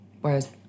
whereas